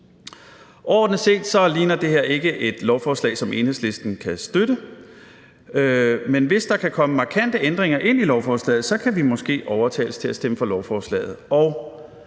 Overordnet set ligner det her ikke et lovforslag, som Enhedslisten kan støtte, men hvis der kan komme markante ændringer ind i lovforslaget, kan vi måske overtales til at stemme for lovforslaget.